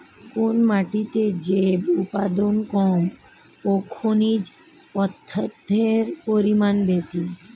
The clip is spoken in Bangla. কোন মাটিতে জৈব উপাদান কম ও খনিজ পদার্থের পরিমাণ বেশি?